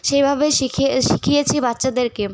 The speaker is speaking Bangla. সেইভাবে শিখিয়ে শিখিয়েছি বাচ্চাদেরকে